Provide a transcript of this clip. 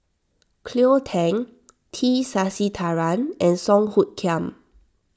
Cleo Thang T Sasitharan and Song Hoot Kiam